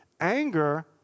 anger